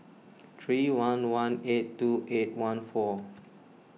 three one one eight two eight one four